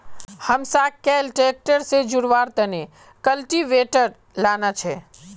हमसाक कैल ट्रैक्टर से जोड़वार तने कल्टीवेटर लाना छे